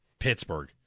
Pittsburgh